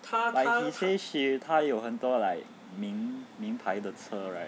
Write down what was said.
like he say she 她有很多 like 名名牌的车 right